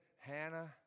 Hannah